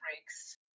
breaks